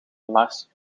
mars